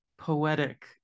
poetic